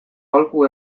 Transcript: aholku